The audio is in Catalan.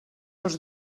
els